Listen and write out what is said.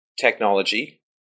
technology